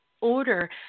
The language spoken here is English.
Order